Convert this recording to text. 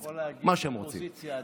אתה יכול להגיד אופוזיציה עתידית.